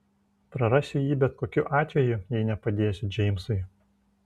prarasiu jį bet kokiu atveju jei nepadėsiu džeimsui